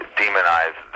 demonize